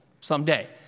someday